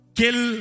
kill